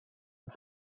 und